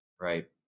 Right